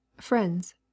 Friends